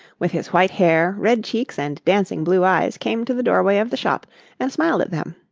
with his white hair, red cheeks and dancing blue eyes, came to the doorway of the shop and smiled at them.